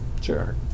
Sure